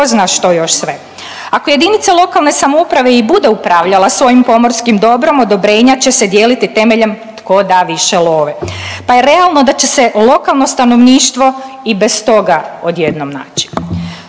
zna što još sve. Ako jedinice lokalne samouprave i bude upravljala svojim pomorskim dobrom, odobrenja će se dijeliti tko da više love pa je realno da će se lokalno stanovništvo i bez toga odjednom naći.